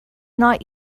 not